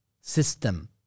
system